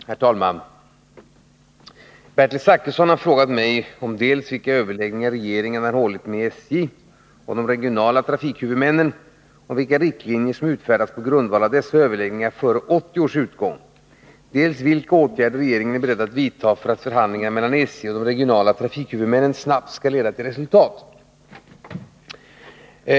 Herr talman! Bertil Zachrisson har frågat mig om dels vilka överläggningar regeringen har hållit med statens järnvägar och de regionala trafikhuvudmännen samt vilka riktlinjer som utfärdats på grundval av dessa överläggningar före 1980 års utgång, dels vilka åtgärder regeringen är beredd att vidta för att förhandlingarna mellan SJ och de regionala trafikhuvudmännen snabbt skall leda till resultat.